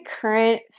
current